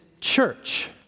church